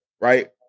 right